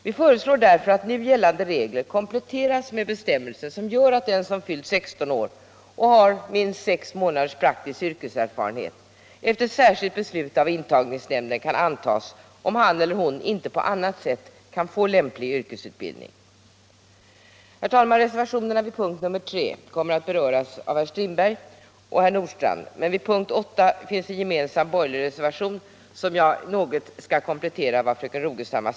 Vi föreslår därför att nu gällande regler kompletteras med bestämmelser, som gör att den som fyllt 16 år och har minst sex månaders praktisk yrkeserfarenhet efter särskilt beslut av intagningsnämnden kan antagas om han eller hon inte på annat sätt kan få lämplig yrkesutbildning. Herr talman! Reservationerna vid punkten 3 kommer att beröras av herr Strindberg och herr Nordstrandh, men vid punkten 8 finns en gemensam borgerlig reservation. Där skall jag något komplettera vad fröken Rogestam sagt.